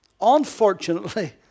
Unfortunately